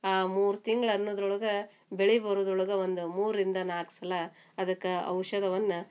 ಆ ಮೂರು ತಿಂಗ್ಳು ಅನ್ನೋದ್ರೊಳಗ ಬೆಳೆ ಬರೋದ್ರೊಳಗ ಒಂದು ಮೂರರಿಂದ ನಾಲ್ಕು ಸಲ ಅದಕ್ಕೆ ಔಷಧವನ್ನು